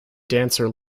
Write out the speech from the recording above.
dancer